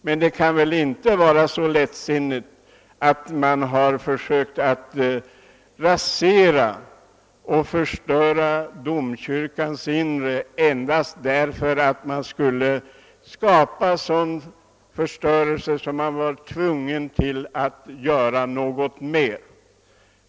Men man kan väl inte ha varit så lättsinnig att man förstört domkyrkans inre endast för att ge anledning till fortsatta åtgärder.